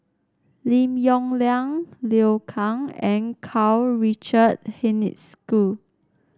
Lim Yong Liang Liu Kang and Karl Richard Hanit School